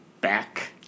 back